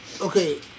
okay